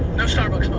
no starbucks,